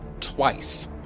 twice